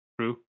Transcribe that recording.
True